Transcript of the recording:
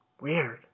Weird